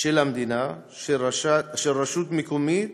של המדינה, של רשות מקומית,